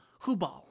Hubal